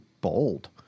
bold